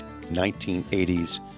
1980s